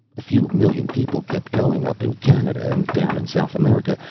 a few million people kept going up in canada and down in south america.